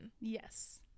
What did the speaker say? Yes